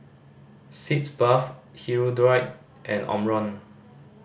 Sitz Bath Hirudoid and Omron